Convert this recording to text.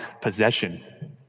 possession